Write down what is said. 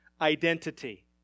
identity